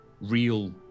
real